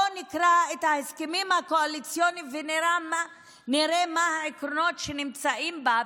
בואו נקרא את ההסכמים הקואליציוניים ונראה מה העקרונות שנמצאים בהם,